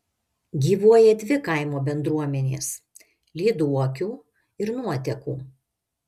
gyvuoja dvi kaimo bendruomenės lyduokių ir nuotekų